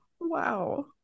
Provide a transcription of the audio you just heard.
Wow